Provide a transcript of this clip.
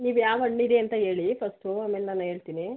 ನೀವು ಯಾವ ಹಣ್ಣಿದೆ ಅಂತ ಹೇಳಿ ಫಸ್ಟು ಆಮೇಲೆ ನಾನು ಹೇಳ್ತಿನಿ